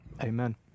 Amen